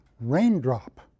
raindrop